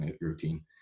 routine